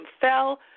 fell